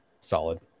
solid